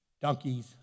donkeys